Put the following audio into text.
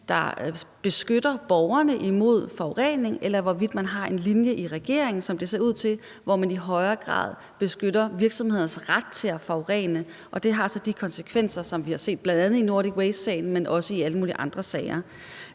der beskytter borgerne imod forurening, eller hvorvidt man har en linje i regeringen, som det ser ud til, hvor man i højere grad beskytter virksomheders ret til at forurene, og det har så de konsekvenser, som vi har set bl.a. i Nordic Waste-sagen, men også i alle mulige andre sager.